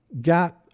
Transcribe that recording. got